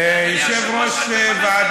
אדוני היושב-ראש,